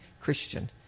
Christian